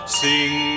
sing